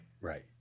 Right